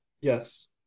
Yes